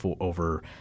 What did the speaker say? over